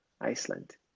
Iceland